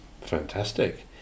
Fantastic